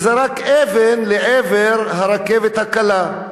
שזרק אבן לעבר הרכבת הקלה,